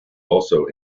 also